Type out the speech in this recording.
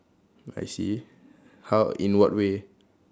I see how in what way